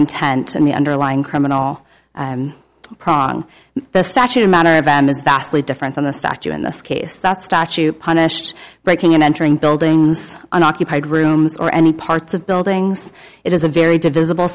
intent and the underlying criminal pran the statute manner of them is vastly different than the statue in this case that statute punished breaking and entering buildings unoccupied rooms or any parts of buildings it is a very divisible